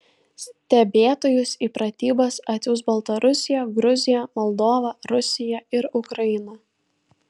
stebėtojus į pratybas atsiųs baltarusija gruzija moldova rusija ir ukraina